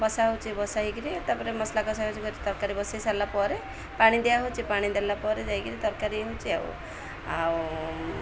ବସା ହେଉଛି ବସା ହେଇକିରି ତାପରେ ମସଲା କସା କରି ତରକାରୀ ବସେଇ ସାରିଲା ପରେ ପାଣି ଦିଆହେଉଛି ପାଣି ଦେଲା ପରେ ଯାଇକିରି ତରକାରୀ ହେଉଛି ଆଉ ଆଉ